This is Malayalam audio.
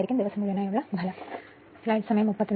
ദിവസം മുഴുവനുമുള്ള output